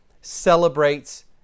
celebrates